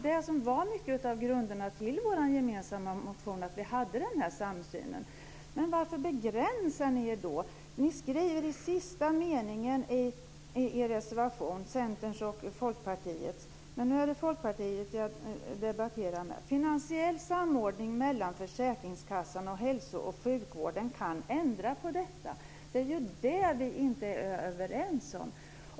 Det var ju en av grunderna för att skriva en gemensam motion, att vi hade denna samsyn. Men varför begränsar ni er då? Ni skriver i sista meningen i Centerns och Folkpartiets reservation: Finansiell samordning mellan försäkringskassan och hälso och sjukvården kan ändra på detta. Det är ju det som vi inte är överens om.